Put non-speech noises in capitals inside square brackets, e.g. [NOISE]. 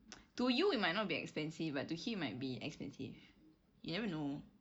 [NOISE] to you it might not be expensive but to him it might be expensive you never know